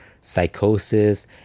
Psychosis